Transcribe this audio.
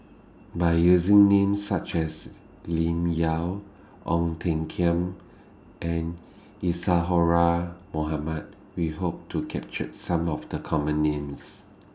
By using Names such as Lim Yau Ong Tiong Khiam and Isadhora Mohamed We Hope to capture Some of The Common Names